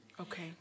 Okay